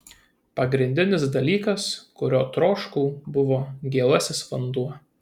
pagrindinis dalykas kurio troškau buvo gėlasis vanduo